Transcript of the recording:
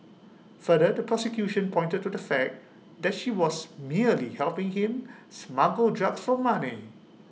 further the prosecution pointed to the fact that she was merely helping him smuggle drugs for money